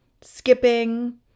skipping